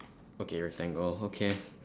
okay rectangle okay